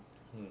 mm